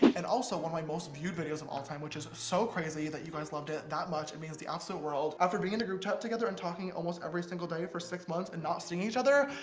and also one of my most-viewed videos of all time, which is so crazy that you guys loved it that much. it means the absolute world. after being in a group chat together and talking almost every single day for six months and not seeing each other,